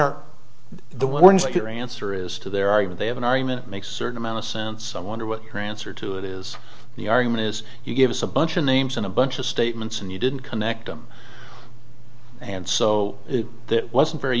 or the ones your answer is to there are even they have an argument makes a certain amount of sense i wonder what france or to it is the argument is you give us a bunch of names and a bunch of statements and you didn't connect them and so it wasn't very